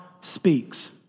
speaks